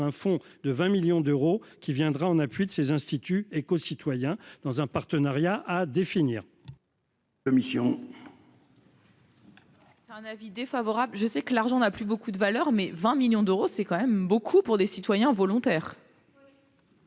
fonds de 20 millions d'euros, qui viendra en appui des instituts écocitoyens dans un partenariat à définir.